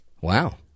Wow